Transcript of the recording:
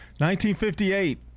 1958